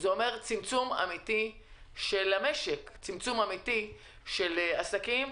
זה אומר צמצום אמיתי של המשק, של עסקים,